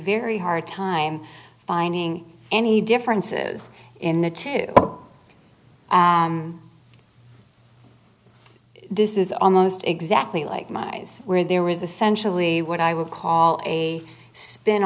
very hard time finding any differences in the two this is almost exactly like my eyes where there was essentially what i would call a spin